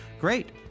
Great